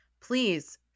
please